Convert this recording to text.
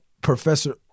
Professor